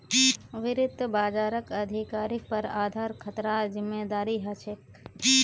वित्त बाजारक अधिकारिर पर आधार खतरार जिम्मादारी ह छेक